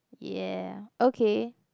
ya okay